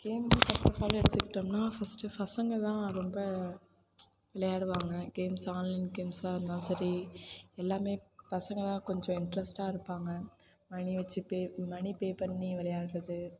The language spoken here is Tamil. கேம்ஸ் ஃபஸ்ட் ஆஃப் ஆல் எடுத்துக்கிட்டோம்னால் ஃபஸ்ட்டு பசங்கள் தான் ரொம்ப விளையாடுவாங்க கேம்ஸ் ஆன்லைன் கேம்ஸாக இருந்தாலும் சரி எல்லாமே பசங்கதான் கொஞ்சம் இன்ட்ரெஸ்ட்டா இருப்பாங்க மனி வச்சு பே மனி பே பண்ணி விளையாடுறது